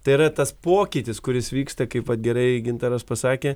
tai yra tas pokytis kuris vyksta kaip vat gerai gintaras pasakė